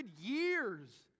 years